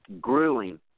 grueling